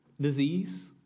disease